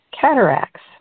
Cataracts